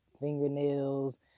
fingernails